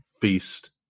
feast